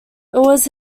was